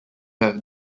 have